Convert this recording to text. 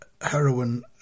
Heroin